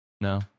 no